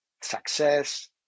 success